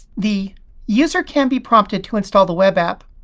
the user can be prompted to install the web app,